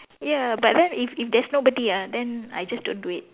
ya but then if if there's nobody ah then I just don't do it